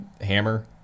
hammer